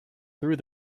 through